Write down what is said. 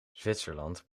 zwitserland